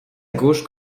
gauche